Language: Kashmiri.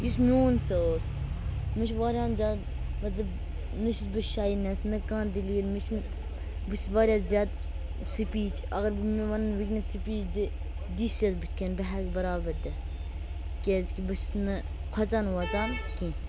یُس میون سُہ اوس مےٚ چھُ واریَہَن جایَن مَطلَب نہَ چھُس بہٕ شاینیٚس نہَ کانٛہہ دلیٖل مےٚ چھنہٕ بہٕ چھُس واریاہ زیادٕ سپیٖچ اَگَر مےٚ وَنَن وٕنکنَس سپیٖچ دِ ڈی سی یَس بٕتھِ کَنۍ بہٕ ہیٚکہٕ بَرابَر دِتھ کیازکہِ بہٕ چھُس نہٕ کھۄژان وۄژان کینٛہہ